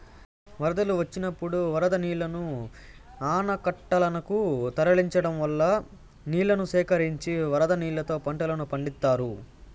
వరదలు వచ్చినప్పుడు వరద నీళ్ళను ఆనకట్టలనకు తరలించడం వల్ల నీళ్ళను సేకరించి వరద నీళ్ళతో పంటలను పండిత్తారు